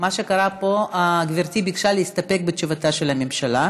שמה שקרה פה הוא שגברתי ביקשה להסתפק בתשובתה של הממשלה.